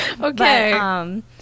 Okay